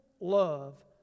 love